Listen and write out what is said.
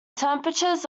temperatures